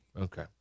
Okay